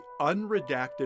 unredacted